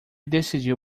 decidiu